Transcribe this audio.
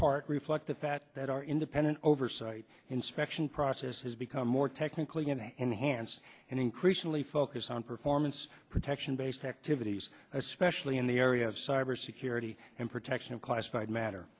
part reflect the fact that our independent oversight inspection process has become more technically going to enhance and increasingly focus on performance protection based activities especially in the area of cyber security and protection of classified matter